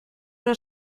una